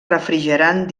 refrigerant